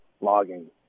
logging